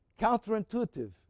counterintuitive